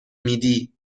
میدی